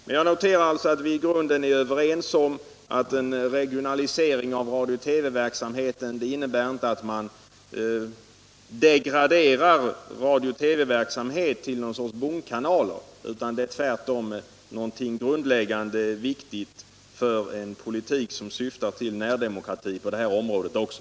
Men jag noterar som sagt att vi i grunden är överens om att en regionalisering av radio-TV-verksamheten inte innebär att man degraderar radio-TV-verksamheten till någon sorts bondkanal, utan att det tvärtom är något grundläggande viktigt för en politik som syftar till närdemokrati på detta område också.